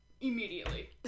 immediately